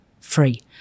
free